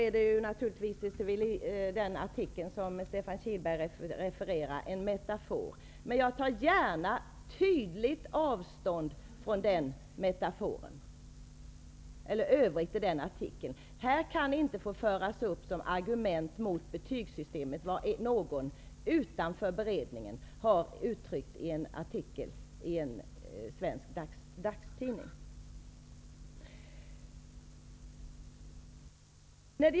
I den artikel som Stefan Kihlberg refererar är det naturligtvis en metafor, men jag tar gärna tydligt avstånd från den metaforen och från vad som står i övrigt i den artikeln. Här kan det inte få föras upp som ett argument mot betygssystemet vad någon utanför beredningen har uttryckt i en artikel i en dagstidning.